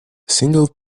single